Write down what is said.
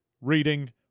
reading